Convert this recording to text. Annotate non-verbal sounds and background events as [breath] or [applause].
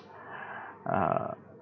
[breath] err